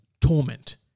torment